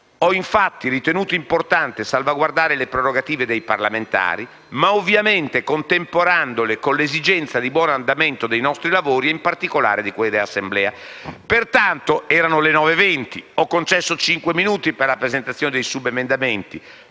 Ho infatti ritenuto importante salvaguardare le prerogative dei parlamentari, contemperandole ovviamente con l'esigenza del buon andamento dei nostri lavori e, in particolare, di quelli dell'Assemblea. Erano le ore 9,20 e ho concesso cinque minuti per la presentazione dei subemendamenti.